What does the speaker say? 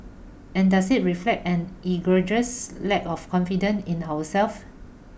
and does it reflect an egregious lack of confidence in ourselves